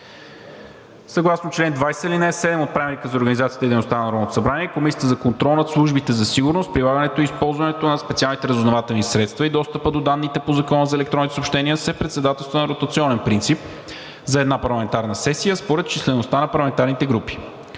Съгласно чл. 20, ал. 7 от Правилника за организацията и дейността на Народното събрание Комисията за контрол над службите за сигурност, прилагането и използването на специалните разузнавателни средства и достъпа до данните по Закона за електронните съобщения се председателства на ротационен принцип за една парламентарна сесия според числеността на парламентарните групи.